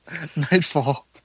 Nightfall